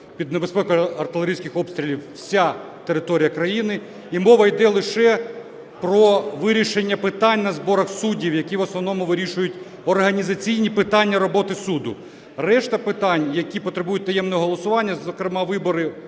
під небезпекою артилерійських обстрілів вся територія країни. І мова йде лише про вирішення питань на зборах суддів, які в основному вирішують організаційні питання роботи суду. Решта питань, які потребують таємного голосування, зокрема вибори